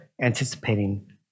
anticipating